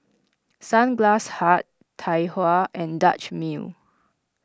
Sunglass Hut Tai Hua and Dutch Mill